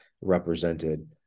represented